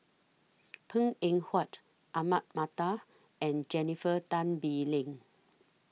Png Eng Huat Ahmad Mattar and Jennifer Tan Bee Leng